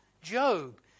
Job